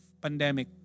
pandemic